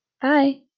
bye